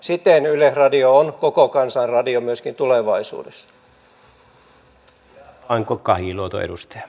siten yleisradio on koko kansan radio myöskin tulevaisuudessa